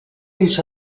بیش